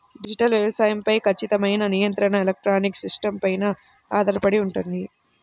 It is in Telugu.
డిజిటల్ వ్యవసాయం పై ఖచ్చితమైన నియంత్రణ ఎలక్ట్రానిక్ సిస్టమ్స్ పైన ఆధారపడి ఉంటుంది